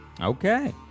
Okay